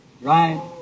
Right